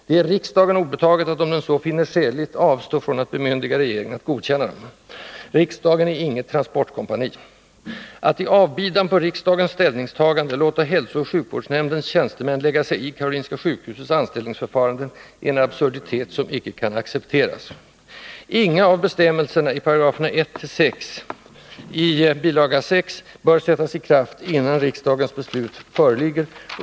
Det är riksdagen obetaget att om den så finner skäligt avstå från att bemyndiga regeringen att godkänna dem. Riksdagen är inget transportkompani. Att i avbidan på riksdagens ställningstagande låta hälsooch sjukvårdsnämndens tjänstemän lägga sig i Karolinska sjukhusets anställningsförfaranden är en absurditet, som icke kan accepteras. Ingen av bestämmelserna i 1-6 §§ i bil. 6 bör sättas i kraft innan riksdagens beslut föreligger.